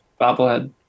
bobblehead